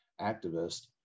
activist